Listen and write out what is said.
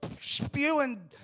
spewing